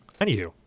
Anywho